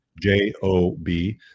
J-O-B